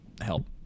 help